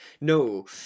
No